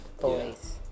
boys